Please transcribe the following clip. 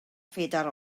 phedair